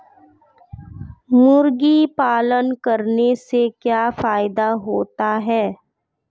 मुर्गी पालन करने से क्या फायदा होता है?